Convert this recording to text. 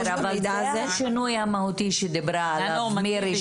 זה השינוי המהותי שדיברה עליו מירי,